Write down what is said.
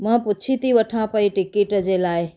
मां पुछी थी वठां पई टिकट जे लाइ